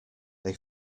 they